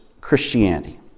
Christianity